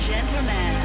Gentlemen